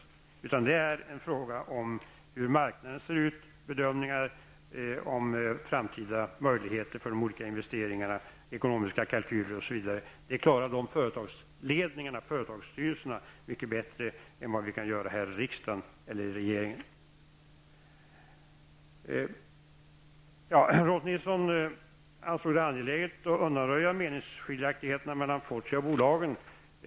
I stället handlar det om hur marknaden ser ut, om bedömningar av framtida möjligheter för olika investeringar, om ekonomiska kalkyler osv. Företagsledningarna, företagsstyrelserna, har mycket bättre möjligheter att klara dessa saker än riksdagen eller regeringen. Rolf L Nilson anser det angeläget att undanröja meningskiljaktigheterna i Fortiabolagen.